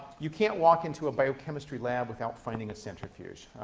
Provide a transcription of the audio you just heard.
you can't walk into a biochemistry lab without finding a centrifuge.